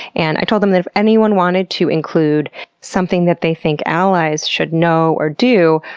and i told them that if anyone wanted to include something that they think allies should know or do,